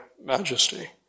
majesty